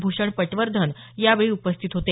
भूषण पटवर्धन यावेळी उपस्थित होते